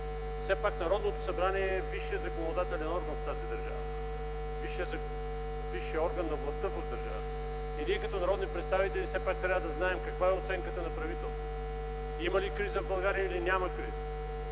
Все пак, Народното събрание е висшият законодателен орган в тази държава, висшият орган на властта в държавата. Ние като народни представители все пак трябва да знаем каква е оценката на правителството, има ли в България криза